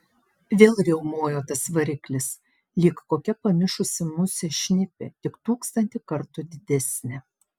vėl riaumojo tas variklis lyg kokia pamišusi musė šnipė tik tūkstantį kartų didesnė